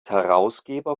herausgeber